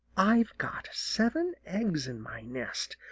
i've got seven eggs in my nest,